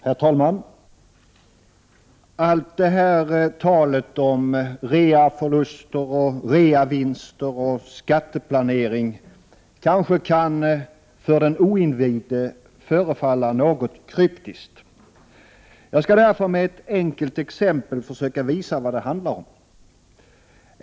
Herr talman! Allt det här talet om reaförluster, reavinster och skatteplanering kan kanske förefalla något kryptiskt för den oinvigde. Jag skall därför med ett enkelt exempel försöka visa vad det handlar om.